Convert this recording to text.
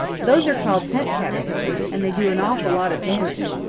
those are called tent-caterpillars, and they do an awful lot of damage.